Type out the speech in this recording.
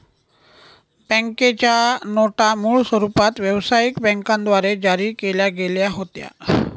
बँकेच्या नोटा मूळ स्वरूपात व्यवसायिक बँकांद्वारे जारी केल्या गेल्या होत्या